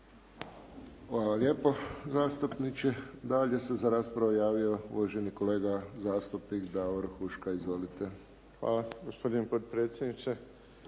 Hvala lijepo zastupniče. Dalje se za raspravu javio uvaženi kolega zastupnik Davor Huška. Izvolite.